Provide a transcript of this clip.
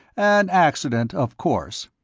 an accident, of course.